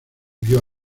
vio